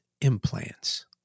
implants